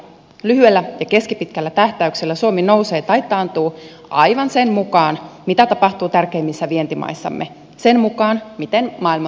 lyhyellä ja keskipitkällä tähtäyksellä suomi nousee tai taantuu aivan sen mukaan mitä tapahtuu tärkeimmissä vientimaissamme sen mukaan miten maailmantalous kehittyy